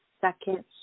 second